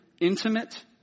intimate